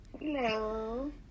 Hello